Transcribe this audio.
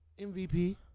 MVP